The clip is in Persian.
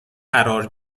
قرار